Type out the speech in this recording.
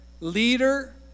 leader